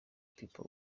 people